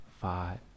five